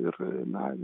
ir na